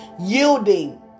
Yielding